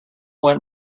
went